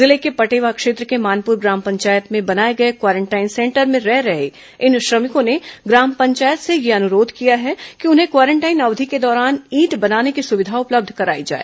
जिले के पटेवा क्षेत्र के मानपुर ग्राम पंचायत में बनाए गए क्वारेंटाइन सेंटर में रह रहे इन श्रमिकों ने ग्राम पंचायत से यह अनुरोध किया कि उन्हें क्वारेंटाइन अवधि के दौरान ईंट बनाने की सुविधा उपलब्ध कराई जाए